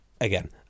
Again